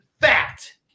fact